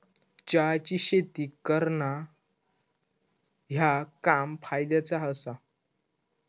चहाची शेती करणा ह्या काम फायद्याचा आसा